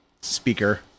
speaker